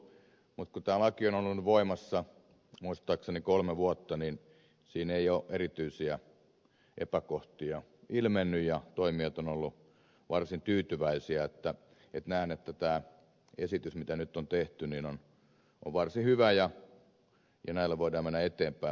mutta kun tämä laki on ollut nyt voimassa muistaakseni kolme vuotta niin siinä ei ole erityisiä epäkohtia ilmennyt ja toimijat ovat olleet varsin tyytyväisiä joten näen että tämä esitys mikä nyt on tehty on varsin hyvä ja näillä voidaan mennä eteenpäin